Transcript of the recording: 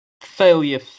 failure